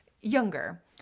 younger